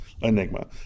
Enigma